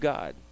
God